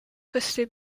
presley